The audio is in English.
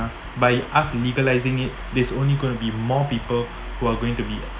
by us legalising it there's only gonna be more people who are going to be